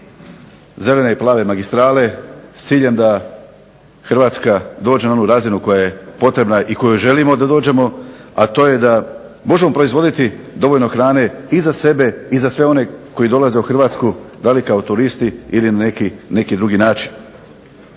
zelene i plave magistrale s ciljem da Hrvatska dođe na onu razinu koja je potrebna i kojoj želimo da dođemo, a to je da možemo proizvoditi dovoljno hrane i za sebe i za sve one koji dolaze u Hrvatsku da li kao turisti ili na neki drugi način.